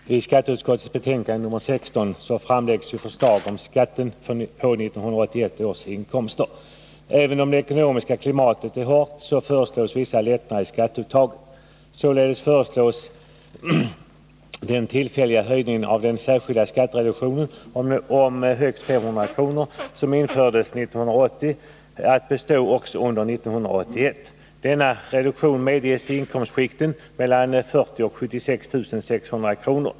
Herr talman! I skatteutskottets betänkande nr 16 framläggs förslag om skatten på 1981 års inkomster. Även om det ekonomiska klimatet är hårt föreslås vissa lättnader i skatteuttagen. Således föreslås att den tillfälliga höjningen av den särskilda skattereduktionen om högst 500 kr., som infördes 1980, skall bestå också under 1981. Denna reduktion medges i inkomstskikten mellan 40 000 och 76 600 kr.